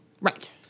Right